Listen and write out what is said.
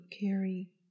carry